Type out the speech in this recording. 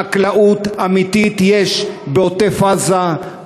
חקלאות אמיתית יש בעוטף-עזה,